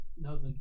No